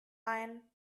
ein